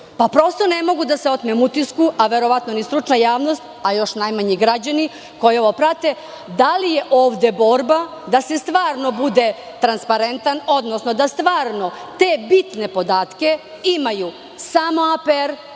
moć. Prosto ne mogu da se otmem utisku a verovatno ni stručna javnost, a još najmanje građani koji ovo prate, da li je ovde borba da se stvarno bude transparentan, odnosno da stvarno te bitne podatke imaju samo APR,